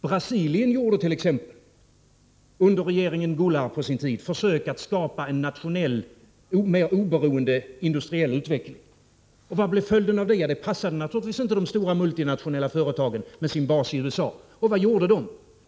Brasilien gjorde t.ex. på sin tid under regeringen Goulart försök att skapa en nationell, mer oberoende industriell utveckling. Och vad blev följden av det? Ja, det passade naturligtvis inte de stora multinationella företagen med bas i USA. Och vad gjorde de?